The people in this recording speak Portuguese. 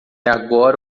agora